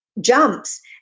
jumps